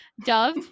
Dove